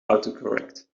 autocorrect